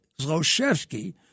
Zloshevsky